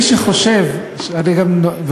מי שחושב, אבל התייעצתם?